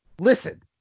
listen